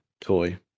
toy